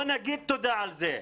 לא נגיד תודה על זה.